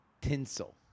tinsel